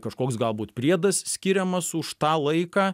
kažkoks galbūt priedas skiriamas už tą laiką